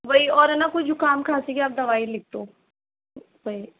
वही और है न कोई जुकाम खाँसी की आप दवाई लिख दो